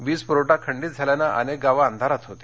वीज पुरवठा खंडित झाल्यानं अनेक गावं अंधारात गेली